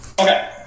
Okay